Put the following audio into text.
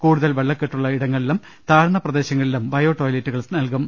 കൂടുതൽ വെള്ളക്കെട്ടുള്ള ഇടങ്ങളിലും താഴ്ന്ന പ്രദേശ ങ്ങളിലും ബയോ ടോയ്ലെറ്റുകൾ നൽകും